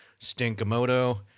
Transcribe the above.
Stinkamoto